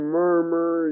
murmur